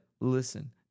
listen